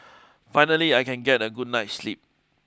finally I can get a good night's sleep